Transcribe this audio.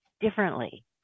differently